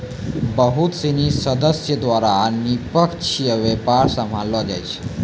बहुत सिनी सदस्य द्वारा निष्पक्ष व्यापार सम्भाललो जाय छै